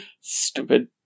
Stupid